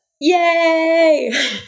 yay